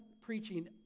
preaching